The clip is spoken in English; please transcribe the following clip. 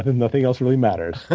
and nothing else really matters.